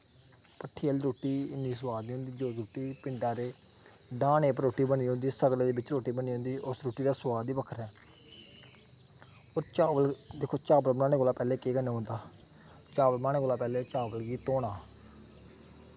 भट्ठी आह्ली रुट्टी इन्नी सोआद निं होंदी जिन्नी पिंडा दे डहाने बिच्च रुट्टी बनी दी होंदी सगले च बनी दी होंदी उस रोटी चा सोआद बी बक्खरा ऐ ते चावल दिक्को चावल लेआने कोला दा पैह्लें केह् करना पौंदा चावल बनाने कोला दा पैह्लें चावल गी धोना